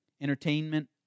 entertainment